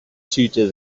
tutor